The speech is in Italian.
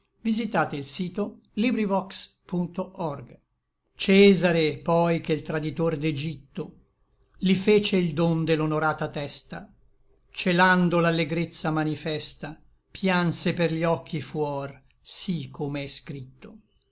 presaghe cesare poi che l traditor d'egitto li fece il don de l'onorata testa celando l'allegrezza manifesta pianse per gli occhi fuor sí come è scritto